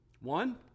One